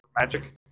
magic